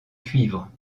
cuivre